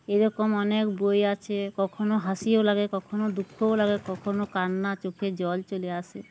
এরকম অনেক বই আছে কখনও হাসিও লাগে কখনও দুঃখও লাগে কখনও কান্না চোখে জল চলে আসে